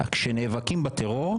כשנאבקים בטרור,